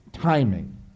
timing